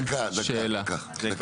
שאלה.